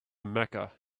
mecca